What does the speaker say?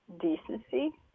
decency